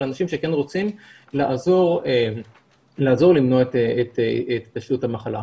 לאנשים שכן רוצים לעזור למנוע את התפשטות המחלה.